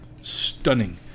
stunning